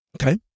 Okay